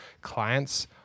clients